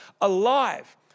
alive